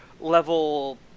level